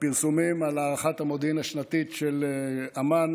הפרסומים על הערכת המודיעין השנתית של אמ"ן